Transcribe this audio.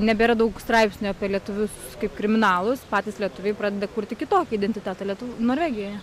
nebėra daug straipsnių apie lietuvius kaip kriminalus patys lietuviai pradeda kurti kitokį identitetą lietu norvegijoje